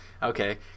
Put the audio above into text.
Okay